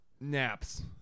Naps